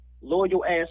loyal-ass